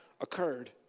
occurred